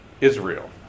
Israel